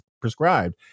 prescribed